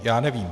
Já nevím.